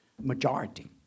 majority